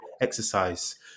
exercise